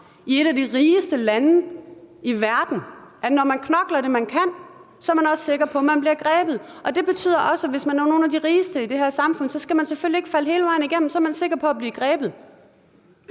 i et af de rigeste lande i verden, altså at når man knokler det, man kan, er man også sikker på, man bliver grebet. Og det betyder også, at hvis man er nogle af de rigeste i det her samfund, skal man selvfølgelig ikke falde hele vejen igennem, men så er man sikker på at blive grebet.